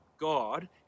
God